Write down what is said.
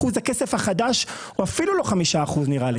אחוז הכסף החדש הוא אפילו לא 5% נראה לי.